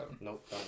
nope